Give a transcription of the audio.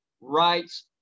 rights